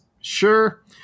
sure